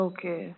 Okay